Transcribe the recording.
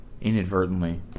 inadvertently